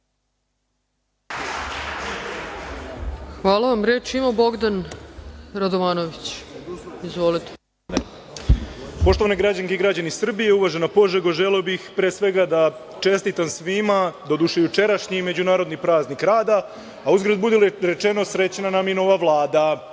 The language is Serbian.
Hvala vam. Reč ima Bogdan Radovanović. Izvolite. **Bogdan Radovanović** Poštovane građanke i građani Srbije, uvažena Požego, želeo bih pre svega da čestitam svima, doduše jučerašnji, Međunarodni praznik rada, a uzgred budi rečeno, srećna nam i nova Vlada. Eto,